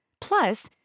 Plus